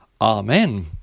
Amen